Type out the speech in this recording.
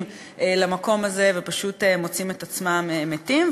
למקום הזה ופשוט מוצאים את עצמם מתים.